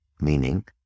meaning